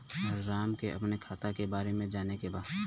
राम के अपने खाता के बारे मे जाने के बा?